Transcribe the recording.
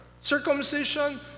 Circumcision